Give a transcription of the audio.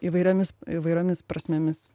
įvairiomis įvairiomis prasmėmis